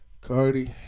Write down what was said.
Cardi